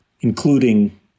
including